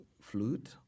flute